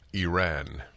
Iran